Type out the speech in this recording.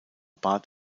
bad